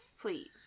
please